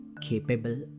capable